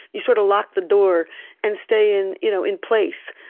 you sort of lock the door and stay in you know in place,